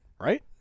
Right